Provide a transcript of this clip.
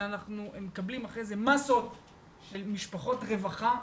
ואנחנו מקבלים אחר כך מסות של משפחות רווחה.